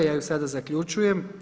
Ja je sada zaključujem.